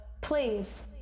please